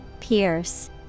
Pierce